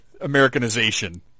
americanization